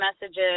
messages